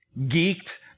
geeked